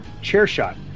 ChairShot